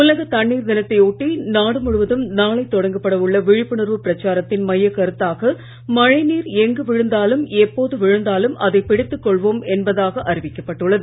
உலக தண்ணீர் தினத்தை ஒட்டி நாடு முழுவதும் நாளை தொடங்கப்பட உள்ள விழிப்புணர்வு பிரச்சாரத்தின் மையக் கருத்தாக மழை நீர் எங்கு விழுந்தாலும் எப்போது விழுந்தாலும் அதை பிடித்துக் கொள்வோம் என்பதாக அறிவிக்கப்பட்டுள்ளது